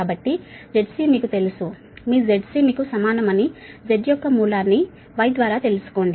కాబట్టి ZC మనకు తెలుసు మీ ZC z యొక్క వర్గ మూలానికి సమానమని y ద్వారా తెలుసుకోండి